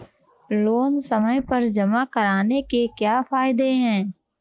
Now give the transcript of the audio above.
Loan समय पर जमा कराने के क्या फायदे हैं?